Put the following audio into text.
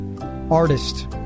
artist